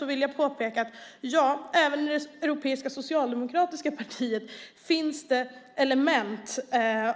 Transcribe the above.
Jag vill påpeka att även i det europeiska socialdemokratiska partiet finns element